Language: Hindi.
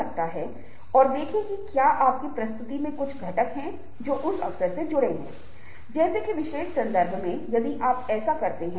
बात यह है कि जिस तरह का संगीत आप फेसबुक पर पेश करते हैं वह कुछ खास तरीकों से लोगों के अनुभव को निर्धारित करता है